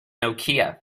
nokia